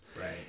Right